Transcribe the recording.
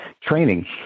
training